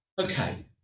Okay